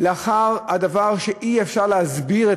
לאחר הדבר שאי-אפשר להסביר,